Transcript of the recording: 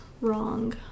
wrong